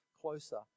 closer